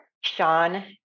Sean